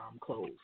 clothes